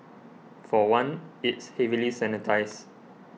for one it's heavily sanitised